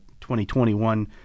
2021